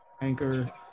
Anchor